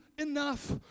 enough